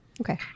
Okay